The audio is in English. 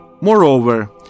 Moreover